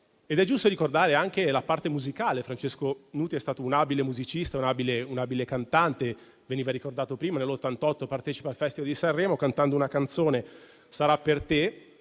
È giusto ricordare anche la parte musicale. Francesco Nuti è stato un abile musicista e cantante. È stato ricordato prima che nel 1988 ha partecipato al Festival di Sanremo, cantando la canzone "Sarà per te",